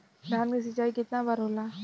धान क सिंचाई कितना बार होला?